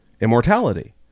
immortality